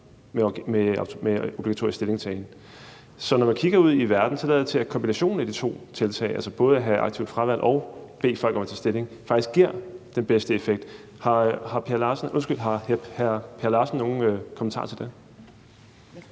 med obligatorisk stillingtagen. Så når man kigger ud i verden, lader det til, at kombinationen af de to tiltag, altså både at have et aktivt fravalg og at bede folk om at tage stilling, faktisk giver den bedste effekt. Har hr. Per Larsen nogen kommentar til det?